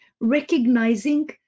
recognizing